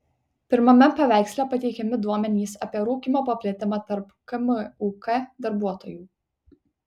pirmame paveiksle pateikiami duomenys apie rūkymo paplitimą tarp kmuk darbuotojų